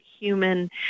human